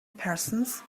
persons